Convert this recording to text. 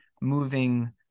moving